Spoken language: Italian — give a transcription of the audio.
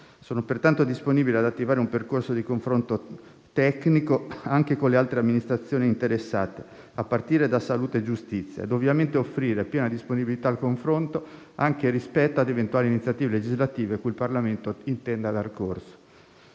Sono pertanto disponibile ad attivare un percorso di confronto tecnico anche con le altre amministrazioni interessate, a partire da salute e giustizia, e ovviamente offrire piena disponibilità al confronto anche rispetto ad eventuali iniziative legislative cui il Parlamento intenda dare corso.